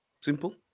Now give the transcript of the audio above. simple